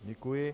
Děkuji.